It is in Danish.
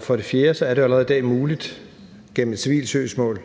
For det fjerde er det jo allerede i dag muligt at lave et civilt søgsmål,